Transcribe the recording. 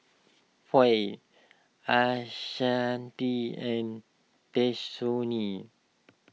Foy Ashanti and